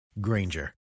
Granger